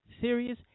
serious